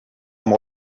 amb